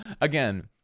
Again